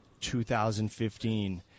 2015